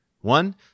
One